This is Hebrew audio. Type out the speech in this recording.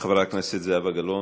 חברת הכנסת זהבה גלאון,